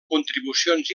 contribucions